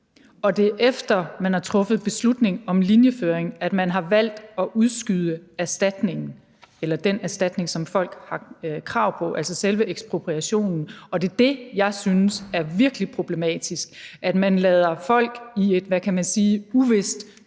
Og det er, efter at man har truffet beslutning om linjeføringen, at man har valgt at udskyde erstatningen – eller den erstatning, som folk har krav på, altså selve ekspropriationen. Og det er det, jeg synes er virkelig problematisk, nemlig at man efterlader folk i et, hvad kan man sige, uvist